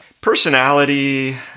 Personality